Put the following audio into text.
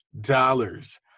dollars